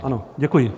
Ano, děkuji.